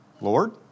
Lord